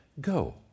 Go